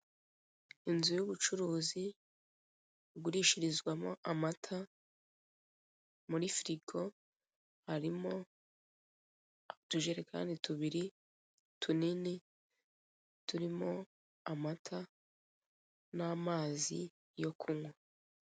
Inzu y'ubucuruzi igurishirizwamo amata, muri firigo harimo utujerekani tubiri tunini, turimo amata n'amazi yo kunywa.